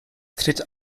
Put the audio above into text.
tritt